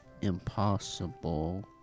Impossible